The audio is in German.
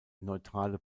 neutrale